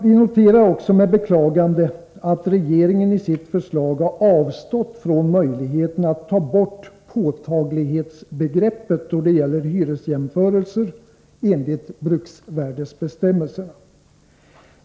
Vi noterar också med beklagande, att regeringen i sitt förslag avstått från möjligheten att ta bort påtaglighetsbegreppet då det gäller hyresjämförelser enligt bruksvärdesbestämmelserna.